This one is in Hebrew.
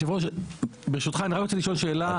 היושב-ראש, ברשותך, אני רק רוצה לשאול שאלה.